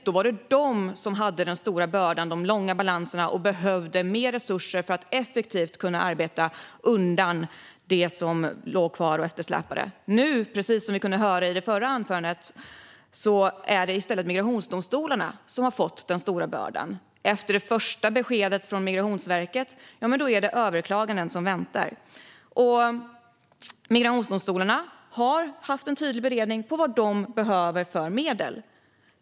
Då var det där man hade den stora bördan, de långa balanserna, och behövde mer resurser för att effektivt kunna arbeta undan det som låg kvar och eftersläpade. Nu, som vi hörde i det förra anförandet, är det i stället migrationsdomstolarna som har fått den stora bördan. Efter det första beskedet från Migrationsverket är det överklaganden som väntar. Migrationsdomstolarna har gjort en tydlig beredning av vad de behöver för medel.